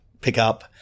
pick-up